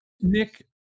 Nick